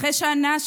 של מדינת ישראל.